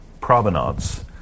provenance